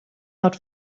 not